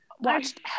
watched